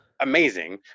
amazing